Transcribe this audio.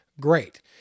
great